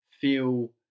feel